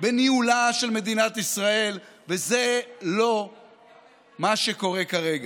בניהולה של מדינת ישראל, וזה לא מה שקורה כרגע.